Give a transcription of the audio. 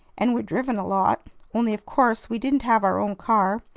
and we're driven a lot only of course we didn't have our own car.